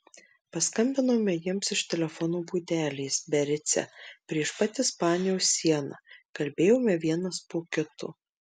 paskambinome jiems iš telefono būdelės biarice prieš pat ispanijos sieną kalbėjome vienas po kito